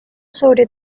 sobre